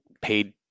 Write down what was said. paid